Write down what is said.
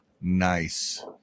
Nice